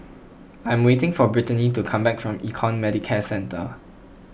I am waiting for Brittanie to come back from Econ Medicare Centre